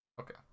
okay